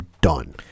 done